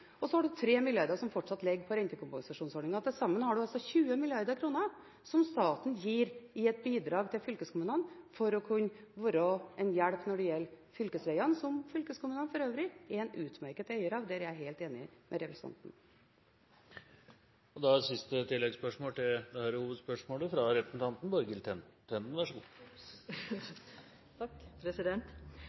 har man 3 mrd. kr som fortsatt ligger i rentekompensasjonsordningen. Til sammen har man altså 20 mrd. kr som staten gir i et bidrag til fylkeskommunene for å hjelpe når det gjelder fylkesvegene, som fylkeskommunene for øvrig er en utmerket eier av, der er jeg helt enig med representanten. Borghild Tenden – til oppfølgingsspørsmål. Venstre mener at fylkene, slik de er